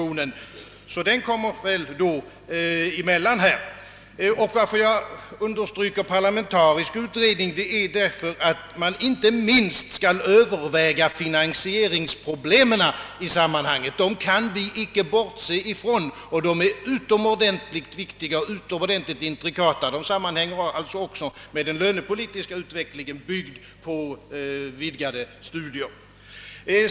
Detta reformarbete kommer alltså emellan. Att jag understryker, att denna utredning bör vara parlamentarisk, beror på att den inte minst bör överväga finansieringsproblemen; dessa kan vi inte bortse från, ty de är utomordentligt viktiga och intrikata. De sammanhänger också med den lönepolitiska utveckling som blir en följd av vidgade studier.